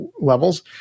levels